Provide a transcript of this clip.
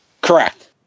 Correct